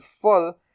full